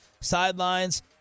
sidelines